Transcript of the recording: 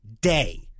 day